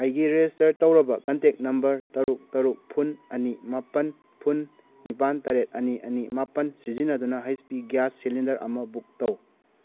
ꯑꯩꯒꯤ ꯔꯦꯖꯤꯁꯇꯔ ꯇꯧꯔꯕ contact number ꯇꯔꯨꯛ ꯇꯔꯨꯛ ꯐꯨꯟ ꯑꯅꯤ ꯃꯥꯄꯟ ꯐꯨꯟ ꯅꯤꯄꯥꯟ ꯇꯔꯦꯠ ꯑꯅꯤ ꯑꯅꯤ ꯃꯥꯄꯟ ꯁꯤꯖꯤꯟꯅꯗꯨꯅ ꯑꯩꯍ ꯄꯤ ꯒ꯭ꯌꯥꯁ ꯁꯤꯂꯤꯟꯗꯔ ꯑꯃ ꯕꯨꯛ ꯇꯧ